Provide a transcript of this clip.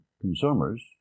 consumers